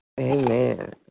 amen